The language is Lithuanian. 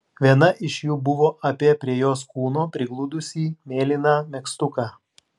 viena iš jų buvo apie prie jos kūno prigludusį mėlyną megztuką